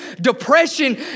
Depression